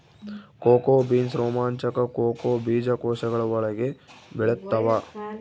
cocoa beans ರೋಮಾಂಚಕ cocoa ಬೀಜಕೋಶಗಳ ಒಳಗೆ ಬೆಳೆತ್ತವ